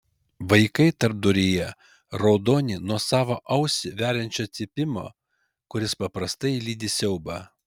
vaikai tarpduryje raudoni nuo savo ausį veriančio cypimo kuris paprastai lydi siaubą